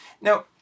Now